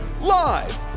Live